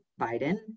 Biden